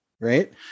right